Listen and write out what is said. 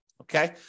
Okay